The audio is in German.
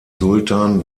sultan